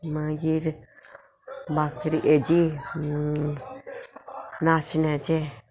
मागीर बाकरी हेजी नाशण्याचे